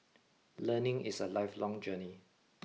learning is a lifelong journey